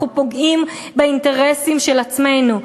אנחנו פוגעים באינטרסים של עצמנו.